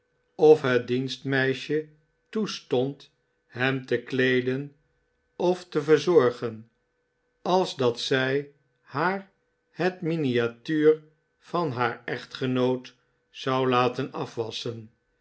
of het dienstmeisje toestond hem te kleeden of te verzorgen als dat zij haar het miniatuur van haar echtgenoot zou laten afwasschen